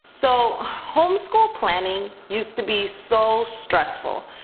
so, homeschool planning used to be so stressful.